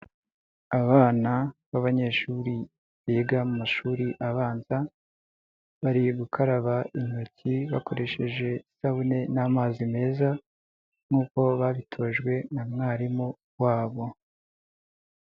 Abana b'abanyeshuri biga mu mashuri abanza, bari gukaraba intoki bakoresheje isabune n'amazi meza nk'uko babitojwe na mwarimu wabo.